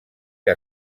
que